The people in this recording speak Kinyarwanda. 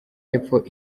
y’epfo